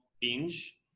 binge